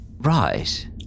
Right